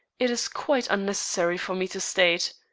it is quite unnecessary for me to state.